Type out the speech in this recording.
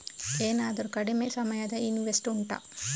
ಏನಾದರೂ ಕಡಿಮೆ ಸಮಯದ ಇನ್ವೆಸ್ಟ್ ಉಂಟಾ